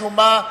משום מה.